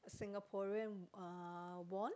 Singaporean uh won